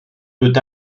peut